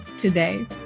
today